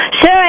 Sure